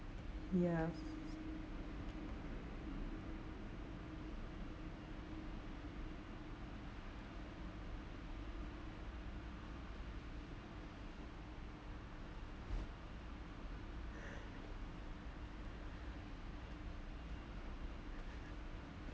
ya